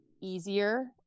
easier